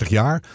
jaar